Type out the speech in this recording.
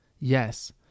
Yes